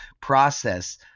process